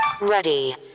Ready